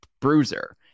bruiser